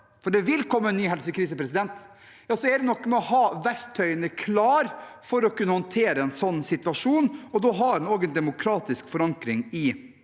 for det vil komme – nye helsekriser, er det noe med å ha verktøyene klar for å kunne håndtere en sånn situasjon, og da har en også en demokratisk forankring i